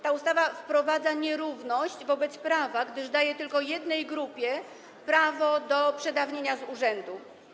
Ta ustawa wprowadza nierówność wobec prawa, gdyż daje tylko jednej grupie prawo do przedawnienia z urzędu.